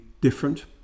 different